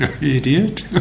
idiot